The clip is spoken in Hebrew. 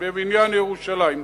בבניין ירושלים.